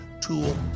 tool